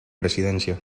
presidencia